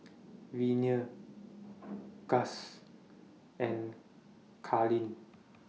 Venie Guss and Carleen